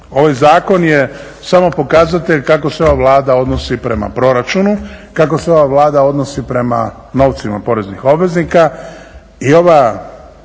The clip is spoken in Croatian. Ovaj zakon je samo pokazatelj kako se ova Vlada odnosi prema proračunu, kako se ova Vlada odnosi prema novcima poreznih obveznika